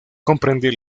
comprende